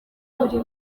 buri